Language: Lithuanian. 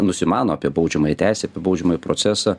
nusimano apie baudžiamąją teisę apie baudžiamąjį procesą